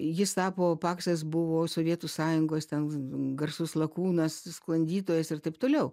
jis tapo paksas buvo sovietų sąjungos ten garsus lakūnas sklandytojas ir taip toliau